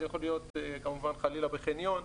זה יכול להיות חלילה בחניון,